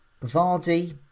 Vardy